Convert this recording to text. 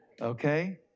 Okay